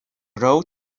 rode